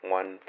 one